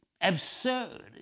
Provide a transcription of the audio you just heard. absurd